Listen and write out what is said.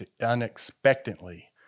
unexpectedly